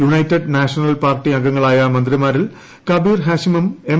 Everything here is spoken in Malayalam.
യുണൈറ്റഡ് നാഷണൽ പാർട്ടി അംഗങ്ങളായ മന്ത്രിമാരിൽ കബീർ ഹാഷീമും എൽ